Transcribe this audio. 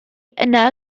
yna